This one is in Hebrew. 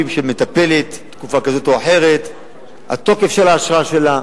הכנסת, על הצעת החוק החשובה.